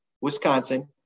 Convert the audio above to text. Wisconsin